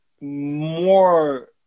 more